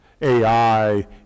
AI